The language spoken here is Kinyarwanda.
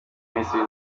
minisitiri